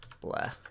Blah